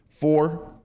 four